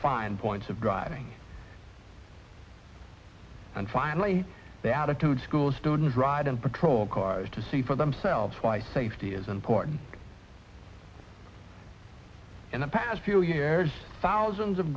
fine points of driving and finally the attitude school students ride on patrol cars to see for themselves why safety is important in the past few years thousands of